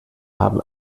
haben